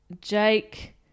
Jake